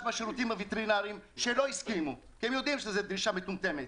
מהשירותים הווטרינריים - שלא הסכימו כי הם יודעים שזו דרישה מטומטמת